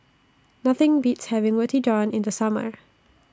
Nothing Beats having Roti John in The Summer